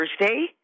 Thursday